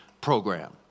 program